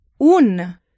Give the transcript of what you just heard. Un